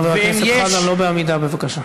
חבר הכנסת חזן, לא בעמידה בבקשה.